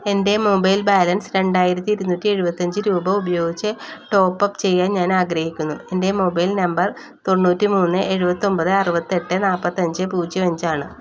എൻ്റെ mobile balance രണ്ടായിരത്തി ഇരുന്നൂറ്റി എഴുപത്തിയഞ്ച് രൂപ ഉപയോഗിച്ച് ടോപ്പപ്പ് ചെയ്യാൻ ഞാനാഗ്രഹിക്കുന്നു എൻ്റെ മൊബൈൽ നമ്പർ തൊണ്ണൂറ്റി മൂന്ന് എഴുപത്തി ഒന്പത് അറുപത്തിയെട്ട് നാല്പത്തിയഞ്ച് പൂജ്യം അഞ്ചാണ്